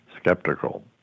skeptical